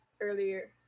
earlier